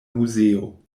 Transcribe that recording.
muzeo